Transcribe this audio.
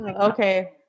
okay